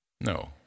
No